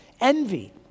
envy